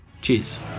Cheers